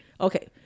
Okay